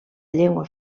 llengua